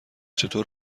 چطور